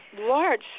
Large